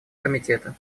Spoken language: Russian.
комитета